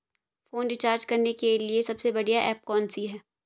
Phone recharge करने के लिए सबसे बढ़िया ऐप कौन सी है?